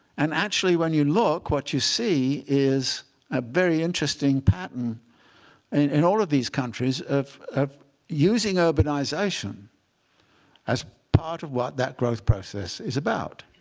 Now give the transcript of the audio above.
and actually, when you look, what you see is a very interesting pattern in all of these countries of of using urbanization as part of what that growth process is about.